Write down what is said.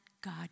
God